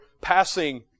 passing